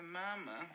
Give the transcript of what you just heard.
mama